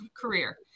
career